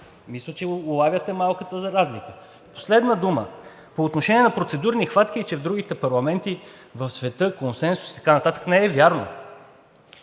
Мисля, че улавяте малката разлика. Последна дума. По отношение на процедурни хватки и че в другите парламенти по света консенсус и така нататък. Не е вярно.